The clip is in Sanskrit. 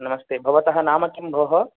नमस्ते भवतः नाम किं भोः